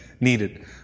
needed